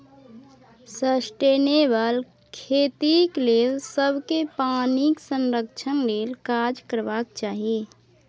sustainable खेतीक लेल सबकेँ पानिक संरक्षण लेल काज करबाक चाही